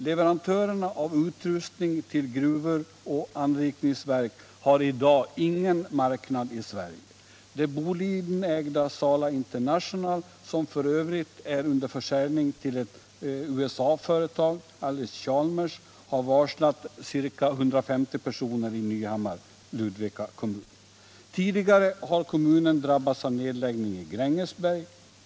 Leverantörerna av utrustning till gruvor och anrikningsverk har i dag ingen marknad i Sverige. Det Bolidenägda Sala International, som för övrigt är under försäljning till ett USA-företag, Allis-Chalmers, har varslat 150 personer i Nyhammar i Ludvika kommun. Tidigare har kommunen drabbats av nedläggning i Fredriksberg.